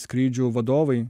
skrydžių vadovai